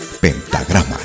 Pentagrama